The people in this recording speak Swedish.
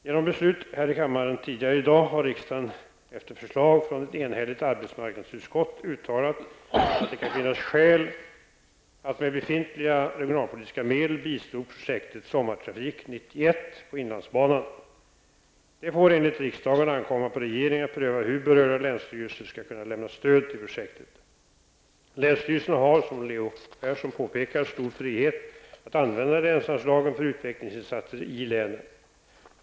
Genom beslut här i kammaren tidigare i dag har riksdagen, efter förslag från ett enhälligt arbetsmarknadsutskott, uttalat att det kan finnas skäl att med befintliga regionalpolitiska medel bistå projektet Sommartrafik 91 på inlandsbanan. Det får enligt riksdagen ankomma på regeringen att pröva hur berörda länsstyrelser skall kunna lämna stöd till projektet. Länsstyrelserna har, som Leo Persson påpekar, stor frihet att använda länsanslagen för utvecklingsinsatser i länen.